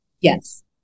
Yes